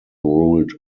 ruled